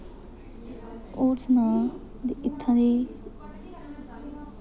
और सनांऽ ते इत्थूं दी